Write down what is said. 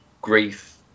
grief